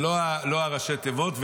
לא ראשי התיבות.